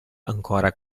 ancora